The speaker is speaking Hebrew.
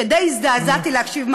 שדי הזדעזעתי להקשיב,